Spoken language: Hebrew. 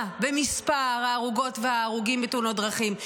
במספר ההרוגות וההרוגים בתאונות דרכים,